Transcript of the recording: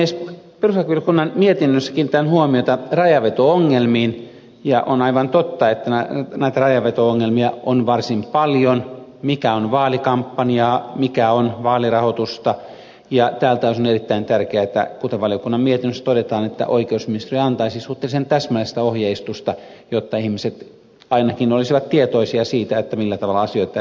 perustuslakivaliokunnan mietinnössä kiinnitetään huomiota rajanveto ongelmiin ja on aivan totta että näitä rajanveto ongelmia on varsin paljon mikä on vaalikampanjaa mikä on vaalirahoitusta ja tältä osin on erittäin tärkeää kuten valiokunnan mietinnössä todetaan että oikeusministeriö antaisi suhteellisen täsmällistä ohjeistusta jotta ihmiset ainakin olisivat tietoisia siitä millä tavalla asioita täytyy tulkita